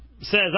says